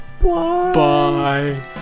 Bye